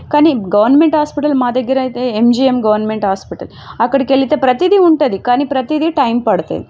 కానీ government hospital మా దగ్గరైతే ఎంజీఎం గవర్నమెంట్ హాస్పిటల్ అక్కడికెళ్ళితే ప్రతీదీ ఉంటుంది కానీ ప్రతీదీ టైమ్ పడుతుంది